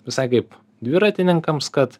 visai kaip dviratininkams kad